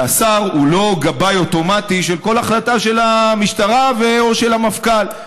השר הוא לא "גבאי" אוטומטי של כל החלטה של המשטרה או של המפכ"ל.